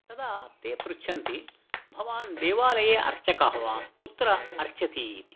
तदा ते पृच्छन्ति भवान् देवालये अर्चकः वा कुत्र अर्चति इति